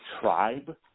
tribe